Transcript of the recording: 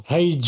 Hey